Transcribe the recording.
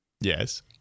Yes